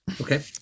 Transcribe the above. Okay